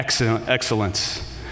excellence